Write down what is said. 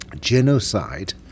genocide